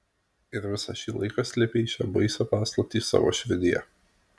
ir visą šį laiką slėpei šią baisią paslaptį savo širdyje